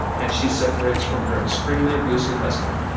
and she separates from her extremely abusive husband.